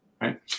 right